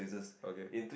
okay